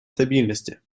стабильности